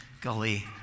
Golly